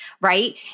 Right